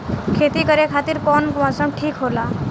खेती करे खातिर कौन मौसम ठीक होला?